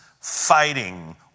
fighting